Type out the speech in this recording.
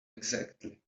exactly